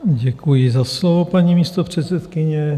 Děkuji za slovo, paní místopředsedkyně.